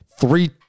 Three